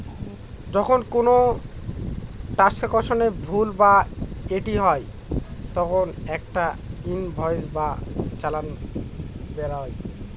যখন কোনো ট্রান্সাকশনে ভুল বা ত্রুটি হয় তখন একটা ইনভয়েস বা চালান বেরোয়